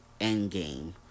Endgame